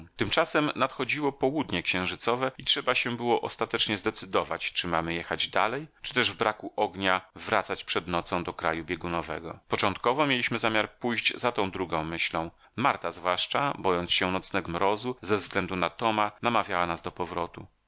tymczasem nadchodziło południe księżycowe i trzeba się było ostatecznie zdecydować czy mamy jechać dalej czy też w braku ognia wracać przed nocą do kraju biegunowego początkowo mieliśmy zamiar pójść za tą drugą myślą marta zwłaszcza bojąc się nocnego mrozu ze względu na toma namawiała nas do powrotu